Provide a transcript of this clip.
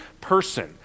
person